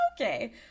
okay